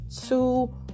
two